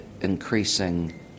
increasing